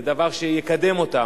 זה דבר שיקדם אותם.